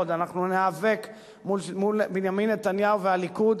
אנחנו ניאבק מול בנימין נתניהו והליכוד,